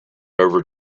over